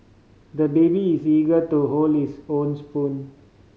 the baby is eager to hold his own spoon